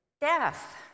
death